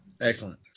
Excellent